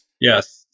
Yes